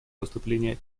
выступление